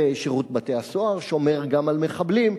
ושירות בתי-הסוהר שומר גם על מחבלים,